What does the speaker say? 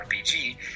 RPG